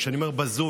וכשאני אומר בזוי,